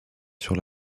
sur